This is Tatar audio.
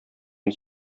мин